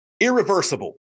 Irreversible